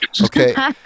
Okay